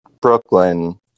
Brooklyn